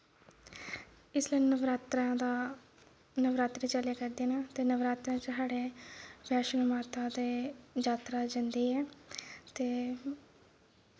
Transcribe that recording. इसलै नवरात्रें दा नवरात्रे चलै करदे न ते नवरात्रें च साढ़ै बैष्णो माता दे जात्तरा जंदी ऐ ते